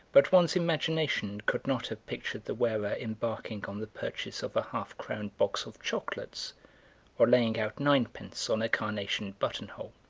but one's imagination could not have pictured the wearer embarking on the purchase of a half-crown box of chocolates or laying out ninepence on a carnation buttonhole.